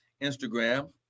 Instagram